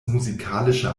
musikalische